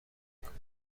میکنم